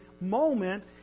moment